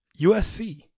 USC